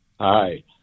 Hi